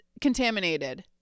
contaminated